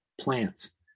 plants